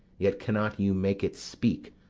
yet cannot you make it speak.